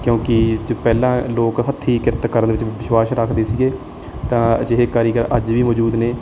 ਕਿਉਂਕਿ ਚ ਪਹਿਲਾਂ ਲੋਕ ਹੱਥੀਂ ਕਿਰਤ ਕਰਨ ਵਿੱਚ ਵਿਸ਼ਵਾਸ ਰੱਖਦੇ ਸੀਗੇ ਤਾਂ ਅਜਿਹੇ ਕਾਰੀਗਰ ਅੱਜ ਵੀ ਮੌਜੂਦ ਨੇ